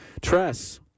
Tress